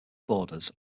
borders